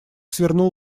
свернул